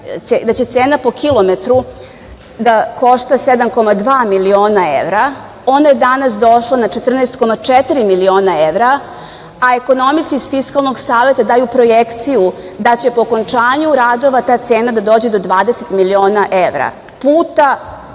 da će cena po kilometru da košta 7,2 miliona evra, a onda je danas došla na 14,4 miliona evra, a ekonomisti iz Fiskalnog saveta daju projekciju da će po okončanju radova ta cena da dođe do 20 miliona evra. Puta